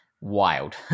wild